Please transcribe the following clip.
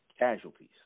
casualties